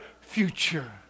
future